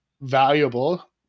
valuable